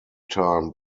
time